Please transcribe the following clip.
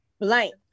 blank